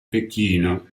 pechino